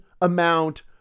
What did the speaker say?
amount